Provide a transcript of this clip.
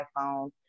iPhone